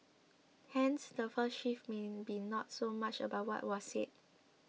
hence the first shift mean may be not so much about what was said